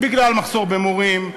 בגלל מחסור במורים,